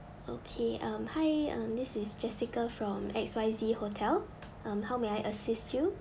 okay um hi um this is jessica from X Y Z hotel um how may I assist you